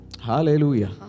Hallelujah